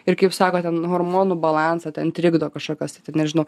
ir kaip sakot ten hormonų balansą ten trikdo kažkokios nežinau